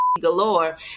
galore